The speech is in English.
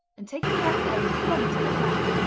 and taking careful aim, flung it at the rat.